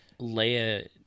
Leia